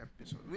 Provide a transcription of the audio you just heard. episode